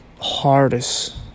Hardest